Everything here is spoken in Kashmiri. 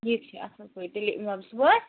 ٹھیٖک چھُ اصٕل پٲٹھۍ تیٚلہِ صُبحٲے